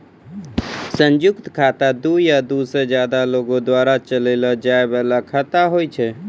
संयुक्त खाता दु या दु से ज्यादे लोगो द्वारा चलैलो जाय बाला खाता होय छै